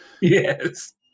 Yes